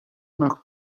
nach